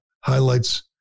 highlights